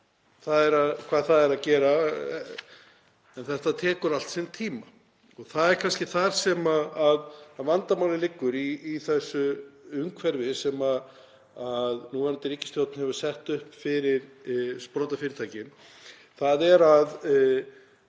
hvað það er að gera. En þetta tekur allt sinn tíma. Það er kannski þar sem vandamálið liggur í þessu umhverfi sem núverandi ríkisstjórn hefur sett upp fyrir sprotafyrirtækin. Við erum